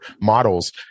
models